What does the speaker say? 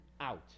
out